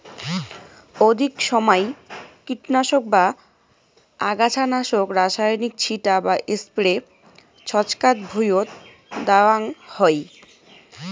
অধিক সমাই কীটনাশক বা আগাছানাশক রাসায়নিক ছিটা বা স্প্রে ছচকাত ভুঁইয়ত দ্যাওয়াং হই